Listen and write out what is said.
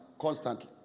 constantly